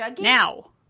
now